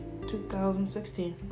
2016